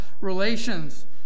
relations